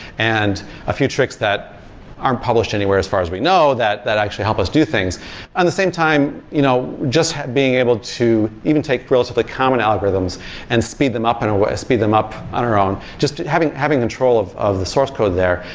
and a few tricks that aren't published anywhere as far as we know that that actually help us do things on the same time, you know just being able to even take grills of the common algorithms and speed them up in a way speed them up on our own, just having having control of of the source code there,